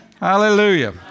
Hallelujah